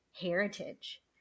heritage